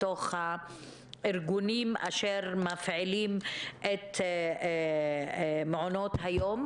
בתוך הארגונים שמפעילים את מעונות היום,